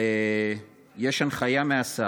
יש הנחיה מהשר